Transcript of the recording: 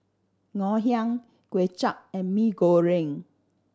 Ngoh Hiang Kuay Chap and Mee Goreng